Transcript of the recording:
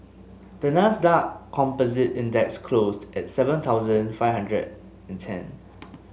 the Nasdaq Composite Index closed at seven thousand five hundred and ten